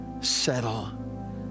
settle